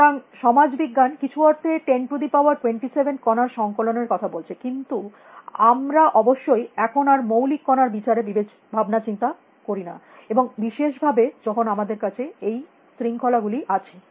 সুতরাং সমাজ বিজ্ঞান কিছু অর্থে 1027 কণার সংকলন এর কথা বলছে কিন্তু আমরা অবশ্যই এখন আর মৌলিক কণার বিচারে ভাবনা চিন্তা করি না এবং বিশেষ ভাবে যখন আমাদের কাছে এই শৃঙ্খলা গুলি আছে